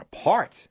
apart